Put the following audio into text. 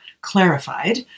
clarified